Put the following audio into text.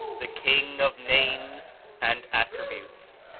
the king of names and attributes.